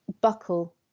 buckle